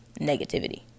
negativity